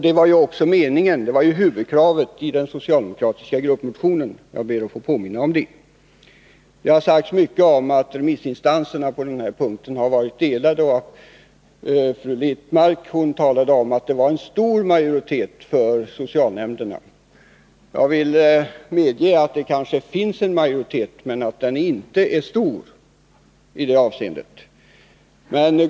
Det var också huvudkravet i den socialdemokratiska gruppmotionen. Jag ber att få påminna om det. Det har talats mycket om att remissinstanserna på den här punkten har haft delade meningar. Fru Littmarck talade om att det var stor majoritet för socialnämnderna. Jag vill medge att det kanske finns en majoritet, men den är inte stor i det avseendet.